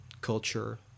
culture